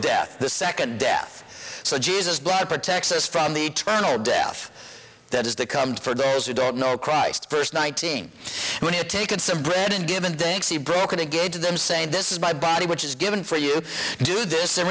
death the second death so jesus blood protects us from the eternal death that is to come for those who don't know christ first nineteen when you're taken some bread in given day broken again to them saying this is my body which is given for you do this